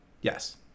Yes